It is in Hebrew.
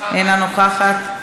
אינה נוכחת,